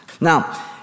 Now